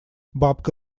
бабка